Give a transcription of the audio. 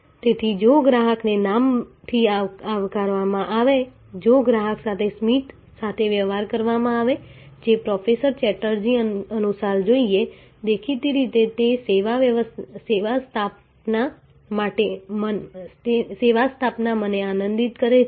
તેથી જો ગ્રાહકને નામથી આવકારવામાં આવે જો ગ્રાહક સાથે સ્મિત સાથે વ્યવહાર કરવામાં આવે જે પ્રોફેસર ચેટર્જી અનુસાર જોઈએ દેખીતી રીતે તે સેવા સ્થાપના મને આનંદિત કરે છે